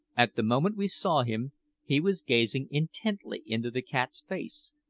at the moment we saw him he was gazing intently into the cat's face,